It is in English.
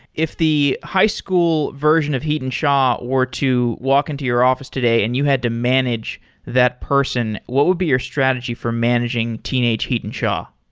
if the high school version of hiten shah were to walk into your office today and you had to manage that person, what would be your strategy for managing teenage hiten shah?